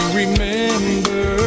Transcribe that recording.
remember